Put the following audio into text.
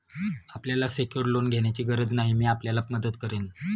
आपल्याला secured loan घेण्याची गरज नाही, मी आपल्याला मदत करेन